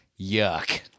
Yuck